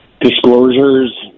Disclosures